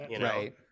Right